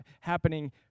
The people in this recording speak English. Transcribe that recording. happening